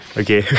okay